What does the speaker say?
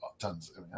tons